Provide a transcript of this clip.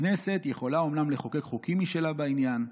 הכנסת יכולה אומנם לחוקק חוקים משלה בעניין,